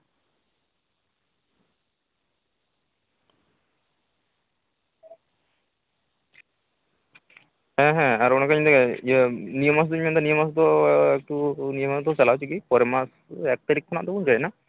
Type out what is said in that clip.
ᱦᱮᱸ ᱦᱮᱸ ᱟᱨ ᱚᱱᱮ ᱚᱱᱠᱟᱧ ᱞᱟᱹᱟᱭᱟ ᱡᱮ ᱱᱤᱭᱟᱹ ᱢᱟᱥ ᱫᱩᱧ ᱢᱮᱱᱫᱟ ᱱᱤᱭᱟᱹ ᱢᱟᱥ ᱫᱚ ᱮᱠᱴᱩ ᱪᱟᱞᱟᱣ ᱦᱚᱪᱚᱜᱼᱜᱮ ᱯᱚᱨᱮᱨ ᱢᱟᱥ ᱳᱭ ᱮᱠ ᱛᱟᱨᱤᱠᱷ ᱠᱷᱚᱱᱟᱜ ᱫᱚᱵᱚᱱ ᱡᱚᱭᱮᱱᱟ